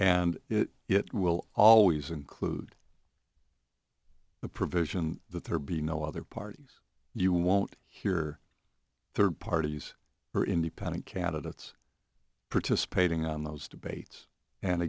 and it will always include the provision that there be no other parties you won't hear third parties or independent candidates participating on those debates and